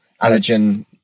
allergen